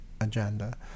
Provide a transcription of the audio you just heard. agenda